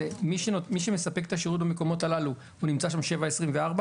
מי שמספק את השירות במקומות הללו נמצא שם 7/24?